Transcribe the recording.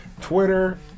Twitter